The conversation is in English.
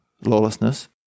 lawlessness